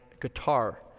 guitar